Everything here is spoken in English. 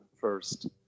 first